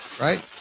Right